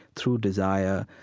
through desire,